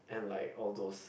and like all those